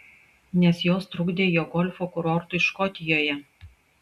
nes jos trukdė jo golfo kurortui škotijoje